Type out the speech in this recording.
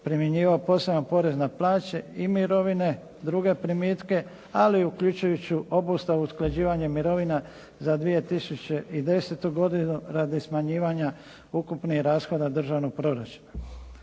primjenjivao poseban porez na plaće, mirovine i druge primitke ali uključujući obustavu usklađivanja mirovina za 2010. godinu radi smanjivanja ukupnih rashoda državnog proračuna.